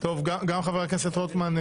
היום יום רביעי,